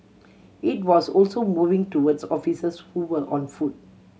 it was also moving towards officers who were on foot